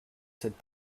cette